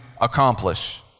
accomplish